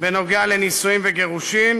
בנוגע לנישואים וגירושים,